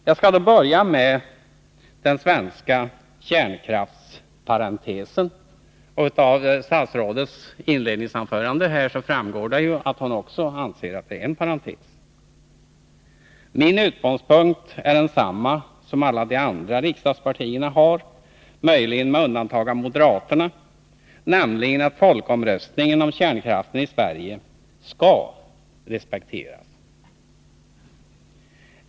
Jag skall då börja med den svenska kärnkraftsparentesen — av statsrådets inledningsanförande framgick det att också hon anser att det är fråga om en parentes. Min utgångspunkt är densamma som alla de andra riksdagspar tierna har, möjligen med undantag för moderaterna, nämligen att resultatet av folkomröstningen om kärnkraften i Sverige skall respekteras.